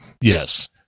Yes